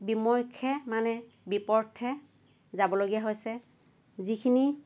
বিমক্ষে মানে বিপৰ্থে যাবলগীয়া হৈছে যিখিনি